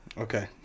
Okay